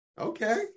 Okay